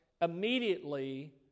immediately